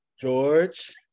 George